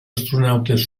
astronautes